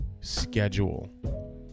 schedule